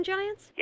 Giants